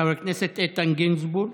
חבר הכנסת איתן גינזבורג,